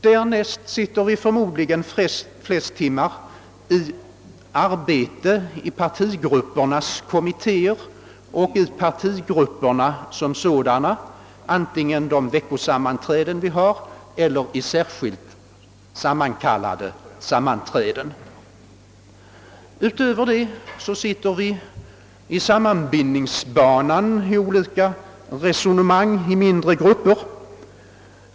Därnäst sitter vi förmodligen flest timmar i arbete i partigruppernas kommittéer och i partigrupperna som sådana, antingen det är i de veckosammanträden vi har eller i särskilt sammankallade sammanträden. Utöver detta sitter vi i sammanbindningsbanan i olika resonemang i mindre grupper.